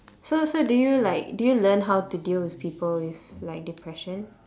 so so do you like do you learn how to deal with people with like depression